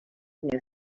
new